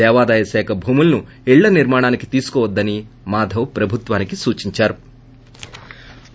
దేవాదాయ శాఖ భూములను ఇళ్ల నిర్మాణానికి తీసుకోవద్దని మాధవ్ ప్రభుత్వానికి సూచించారు